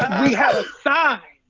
we had a sign.